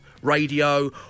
Radio